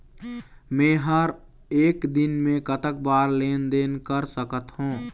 मे हर एक दिन मे कतक बार लेन देन कर सकत हों?